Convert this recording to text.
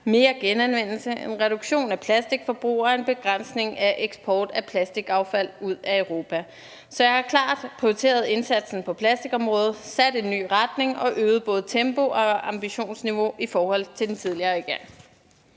mere genanvendelse, en reduktion af plastikforbrug og en begrænsning af eksport af plastikaffald ud af Europa. Så jeg har klart prioriteret indsatsen på plastikområdet, sat en ny retning og øget både tempo og ambitionsniveau i forhold til den tidligere regering.